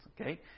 okay